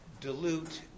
dilute